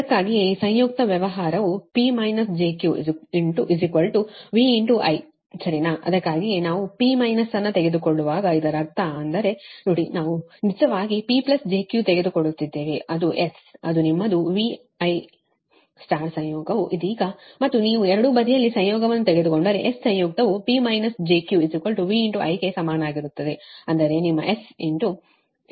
ಅದಕ್ಕಾಗಿಯೇ ಈ ಸಂಯುಕ್ತ ವ್ಯವಹಾರವು P j Q V I ಸರಿನಾ ಅದಕ್ಕಾಗಿಯೇ ನಾವು P ಮೈನಸ್ ಅನ್ನು ತೆಗೆದುಕೊಳ್ಳುವಾಗ ಇದರರ್ಥ ಅಂದರೆ ನೋಡಿ ನಾವು ನಿಜವಾಗಿ P j Q ತೆಗೆದುಕೊಳ್ಳುತ್ತಿದ್ದೇವೆ ಅದು S ಅದು ನಿಮ್ಮದು VI ಸಂಯೋಗವು ಇದೀಗ ಮತ್ತು ನೀವು ಎರಡೂ ಬದಿಯಲ್ಲಿ ಸಂಯೋಗವನ್ನು ತೆಗೆದುಕೊಂಡರೆ S ಸಂಯುಕ್ತವು P j Q VI ಗೆ ಸಮಾನವಾಗಿರುತ್ತದೆ ಅಂದರೆ ನಿಮ್ಮ S VI ಸರಿನಾ